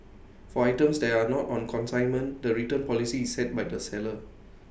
for items that are not on consignment the return policy is set by the seller